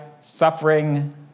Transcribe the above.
suffering